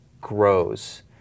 grows